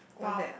guava